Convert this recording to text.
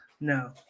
No